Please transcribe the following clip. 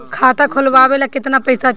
खाता खोलबे ला कितना पैसा चाही?